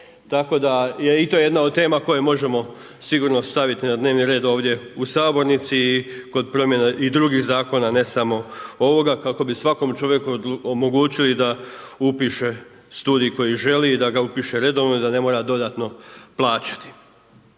Tako da je i to jedna od tema koje možemo sigurno staviti na dnevni red ovdje u sabornici i kod promjena i drugih zakona a ne samo ovoga kako bi svakom čovjeku omogućili da upiše studij koji želi i da ga upiše redovno i da ne mora dodatno plaćati.